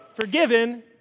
forgiven